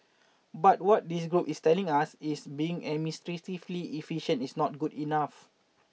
but what this group is telling us is being administratively efficient is not good enough